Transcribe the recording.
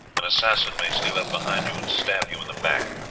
an assassin may steal up behind you and stab you in the back.